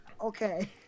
okay